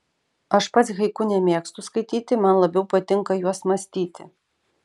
aš pats haiku nemėgstu skaityti man labiau patinka juos mąstyti